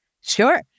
Sure